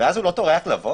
ואז הוא לא טורח לבוא?